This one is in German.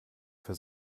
für